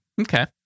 Okay